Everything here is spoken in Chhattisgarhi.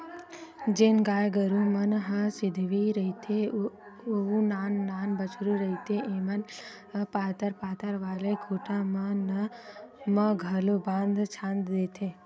जेन गाय गरु मन ह सिधवी रहिथे अउ नान नान बछरु रहिथे ऐमन ल पातर पातर वाले खूटा मन म घलोक बांध छांद देथे